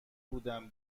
بودم